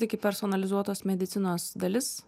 tai kaip personalizuotos medicinos dalis